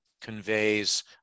conveys